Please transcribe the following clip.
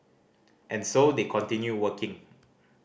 and so they continue working